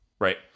right